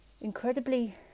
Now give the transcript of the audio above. incredibly